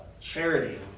charity